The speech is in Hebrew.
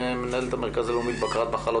מנהלת המרכז הלאומי לבקרת מחלות,